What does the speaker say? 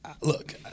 Look